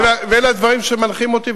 אלה הדברים שמנחים אותי,